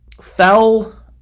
Fell